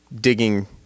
digging